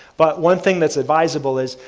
but one thing that's advisable is,